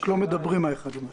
רק לא מדברים האחד עם השני.